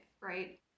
right